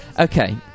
Okay